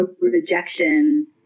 rejection